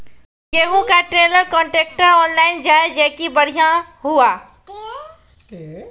गेहूँ का trailer contractor online जाए जैकी बढ़िया हुआ